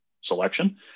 selection